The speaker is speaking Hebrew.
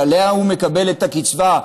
שעליה הוא מקבל את הקצבה,